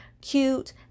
cute